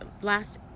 last